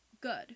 good